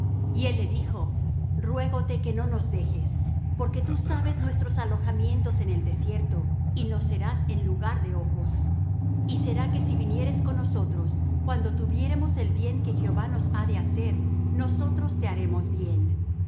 y él le dijo ruégote que no nos dejes porque tú sabes nuestros alojamientos en el desierto y nos serás en lugar de ojos y será que si vinieres con nosotros cuando tuviéremos el bien que jehová nos ha de hacer nosotros te haremos bien